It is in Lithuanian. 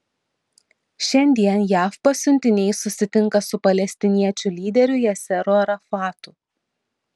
šiandien jav pasiuntiniai susitinka su palestiniečių lyderiu yasseru arafatu